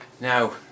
Now